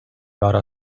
lara